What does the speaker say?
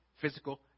physical